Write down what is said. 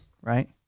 right